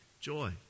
joy